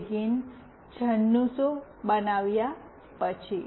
begin બનાવ્યા પછી